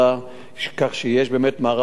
כך שיש באמת מערך די טוב.